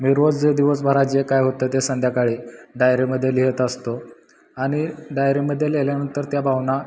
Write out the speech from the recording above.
मी रोज जे दिवसभरात जे काय होतं ते संध्याकाळी डायरीमध्ये लिहित असतो आणि डायरीमध्ये लिहिल्यानंतर त्या भावना